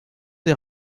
des